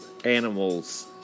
animals